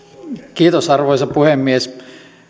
kiitos arvoisa puhemies